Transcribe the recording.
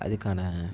அதுக்கான